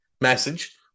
message